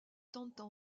tentent